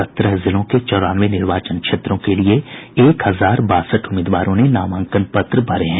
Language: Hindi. सत्रह जिलों के चौरानवे निर्वाचन क्षेत्रों के लिए एक हजार बासठ उम्मीदवारों ने नामांकन पत्र भरे हैं